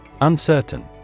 Uncertain